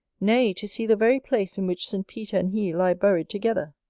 nay, to see the very place in which st. peter and he lie buried together!